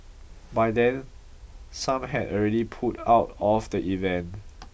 by then some had already pulled out of the event